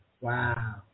wow